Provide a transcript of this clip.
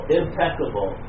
impeccable